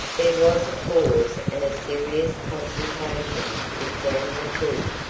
there was a pause and a serious consultation between the two.